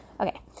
Okay